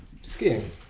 skiing